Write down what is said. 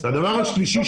הדבר השלישי,